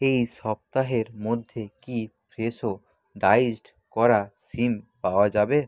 এই সপ্তাহের মধ্যে কি ফ্রেশো ডাইস করা সিম পাওয়া যাবে